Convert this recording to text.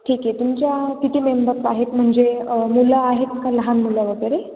ठीक आहे तुमच्या किती मेंबर्स आहेत म्हणजे मुलं आहेत का लहान मुलं वगैरे